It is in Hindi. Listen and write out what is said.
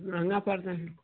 महँगा पर रहा है